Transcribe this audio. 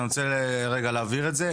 אני רוצה להבהיר את זה,